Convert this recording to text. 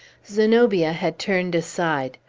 zenobia had turned aside.